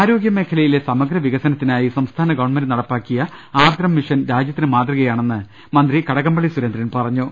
ആരോഗൃമേഖലയിലെ സമഗ്രവികസനത്തിനായി സംസ്ഥാന ഗവൺമെന്റ് നടപ്പിലാക്കിയ ആർദ്രം മിഷൻ രാജ്യത്തിന് മാതൃകയാ ണെന്ന് മന്ത്രി കടകംപള്ളി സുരേന്ദ്രൻ പറഞ്ഞു